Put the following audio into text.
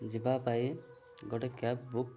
ଯିବା ପାଇଁ ଗୋଟେ କ୍ୟାବ୍ ବୁକ୍